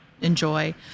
enjoy